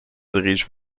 dirige